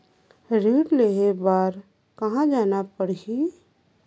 ऋण लेहे बार कहा जाना पड़ही?